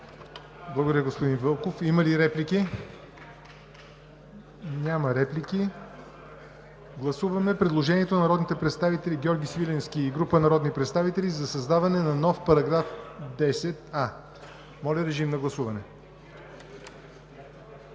Благодаря, господин Вълков. Има ли реплики? Не виждам. Гласуваме предложението на народния представител Георги Свиленски и група народни представители за създаване на нов § 10а. Моля, режим на гласуване.